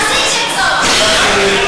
תפסיק,